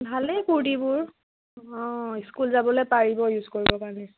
ভালেই কুৰ্তিবোৰ অঁ স্কুল যাবলে পাৰিব ইউজ কৰিবৰ কাৰণে